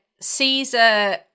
Caesar